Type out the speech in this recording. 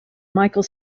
michael